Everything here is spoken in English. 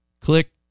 Click